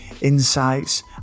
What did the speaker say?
insights